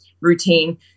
routine